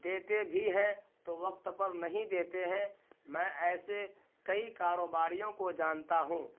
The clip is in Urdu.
دیتے بھی ہیں تو وقت پر نہیں دیتے ہیں میں ایسے کئی کاروباریوں کو جانتا ہوں